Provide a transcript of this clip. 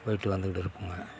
போயிட்டு வந்துக்கிட்டு இருப்போங்க